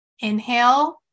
inhale